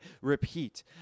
repeat